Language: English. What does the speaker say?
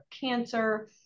cancer